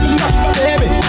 baby